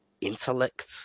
intellect